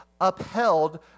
upheld